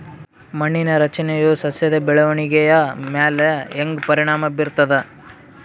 ಮಣ್ಣಿನ ರಚನೆಯು ಸಸ್ಯದ ಬೆಳವಣಿಗೆಯ ಮ್ಯಾಲ ಹ್ಯಾಂಗ ಪರಿಣಾಮ ಬೀರ್ತದ?